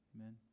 Amen